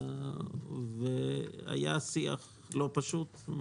היה שיח לא פשוט.